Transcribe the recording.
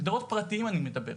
על הגדרות הפרטיים אני מדבר.